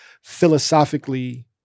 philosophically